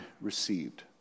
received